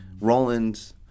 Roland